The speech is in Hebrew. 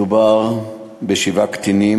מדובר בשבעה קטינים,